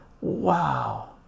Wow